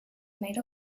made